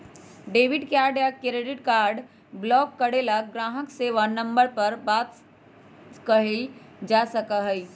debit card या credit card block करे ला ग्राहक सेवा नंबर पर बात कइल जा सका हई